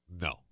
No